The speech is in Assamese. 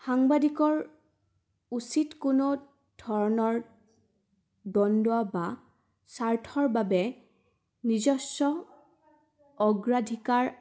সাংবাদিকৰ উচিত কোনো ধৰণৰ দণ্ড বা স্বাৰ্থৰ বাবে নিজস্ব অগ্ৰাধিকাৰ